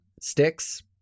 sticks